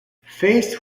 faced